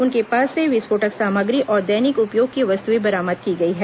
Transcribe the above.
उनके पास से विस्फोटक सामग्री और दैनिक उपयोग की वस्तुएं बरामद की गई हैं